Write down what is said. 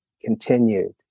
continued